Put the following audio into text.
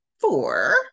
four